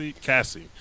Cassie